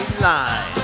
Line